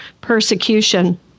persecution